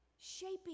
shaping